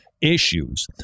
issues